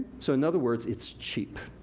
so, in other words, it's cheap.